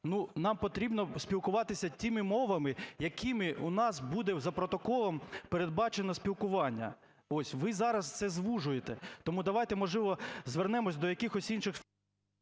нам потрібно спілкуватися тими мовами, якими у нас буде за протоколом передбачено спілкування. Ось. Ви зараз це звужуєте. Тому давайте, можливо, звернемося до якихось інших…